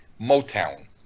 Motown